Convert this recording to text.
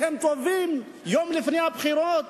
והם טובים יום לפני הבחירות